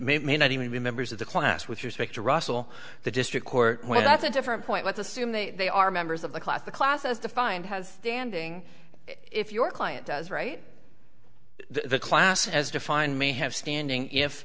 may not even be members of the class with respect to russell the district court well that's a different point let's assume they are members of the class the class as defined has standing if your client does right the class as defined may have standing if